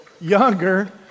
younger